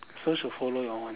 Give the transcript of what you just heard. so should follow your one